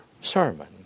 sermon